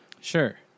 sure